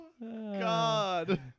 God